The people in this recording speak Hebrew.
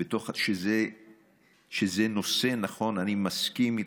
זה נושא, נכון, אני מסכים איתך,